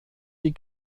die